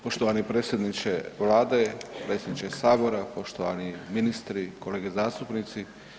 Poštovani predsjedniče Vlade, predsjedniče Sabora, poštovani ministri, kolege zastupnici.